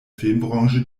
filmbranche